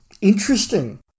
interesting